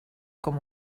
com